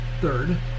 third